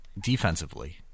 defensively